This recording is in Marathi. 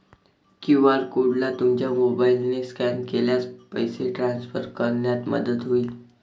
क्यू.आर कोडला तुमच्या मोबाईलने स्कॅन केल्यास पैसे ट्रान्सफर करण्यात मदत होईल